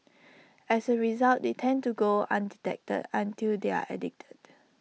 as A result they tend to go undetected until they are addicted